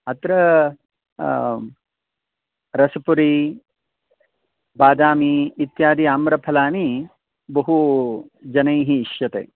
अत्र रसपुरी बादामी इत्यादि आम्रफलानि बहु जनै ईष्यते